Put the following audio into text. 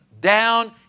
Down